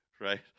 right